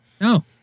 No